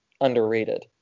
underrated